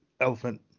elephant